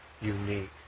unique